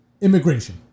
immigration